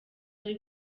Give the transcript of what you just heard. ari